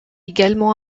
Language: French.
également